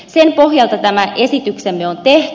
sen pohjalta tämä esityksemme on tehty